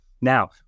Now